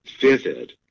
vivid